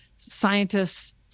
Scientists